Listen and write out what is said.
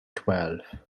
twelve